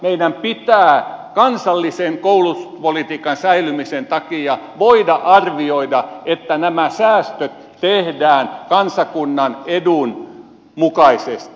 meidän pitää kansallisen koulutuspolitiikan säilymisen takia voida arvioida että nämä säästöt tehdään kansakunnan edun mukaisesti